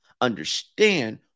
understand